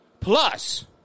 plus